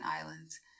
Islands